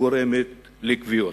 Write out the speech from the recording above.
הגורמת לכוויות.